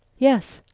yes.